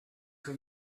for